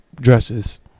dresses